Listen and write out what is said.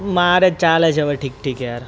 મારે ચાલે છે હવે ઠીક ઠીક યાર